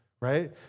right